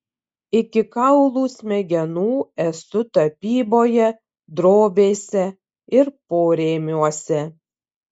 iki kaulų smegenų esu tapyboje drobėse ir porėmiuose